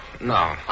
No